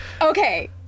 Okay